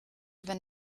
wenn